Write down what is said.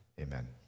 Amen